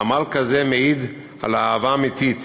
עמל כזה מעיד על אהבה אמיתית,